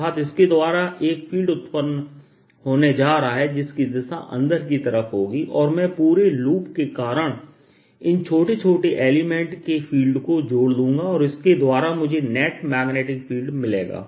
अर्थात इसके द्वारा एक फील्ड उत्पन्न होने जा रहा है जिसकी दिशा अंदर की तरफ होगी और मैं पूरे लूप के कारण इन छोटे छोटे एलिमेंट के फील्ड को जोड़ लूंगा और इसके द्वारा मुझे नेट मैग्नेटिक फील्ड मिलेगा